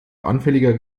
anfälliger